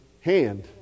hand